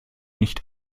nicht